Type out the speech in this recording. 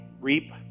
Reap